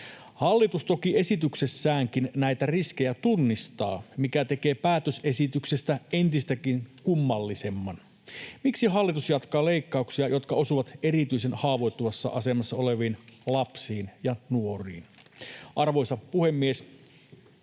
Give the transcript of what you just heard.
Hallitus toki esityksessäänkin näitä riskejä tunnistaa, mikä tekee päätösesityksestä entistäkin kummallisemman. Miksi hallitus jatkaa leikkauksia, jotka osuvat erityisen haavoittuvassa asemassa oleviin lapsiin ja nuoriin? Arvoisa puhemies!